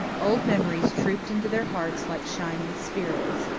old memories trooped into their hearts like shining spirits.